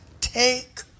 take